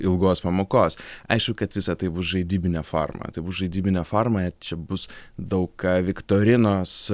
ilgos pamokos aišku kad visa tai bus žaidybine forma tai bus žaidybine forma čia bus daug ką viktorinos